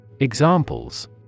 Examples